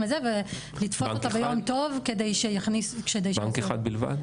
לתפוס אותה ביום טוב כדי --- בנק אחד בלבד?